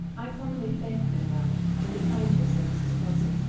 i formally thanked manuel, and declined to accept his proposal.